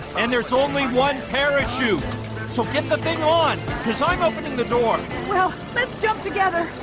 and there's only one parachute so get the thing on cuz i'm opening the door well. let's jump together.